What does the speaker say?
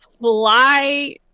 fly